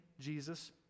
Jesus